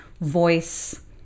voice